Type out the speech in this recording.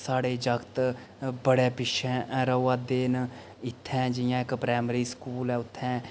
साढ़े जागत बड़े पिच्छें रवै दे न इत्थें जियां इक प्राइमरी स्कूल ऐ उत्थें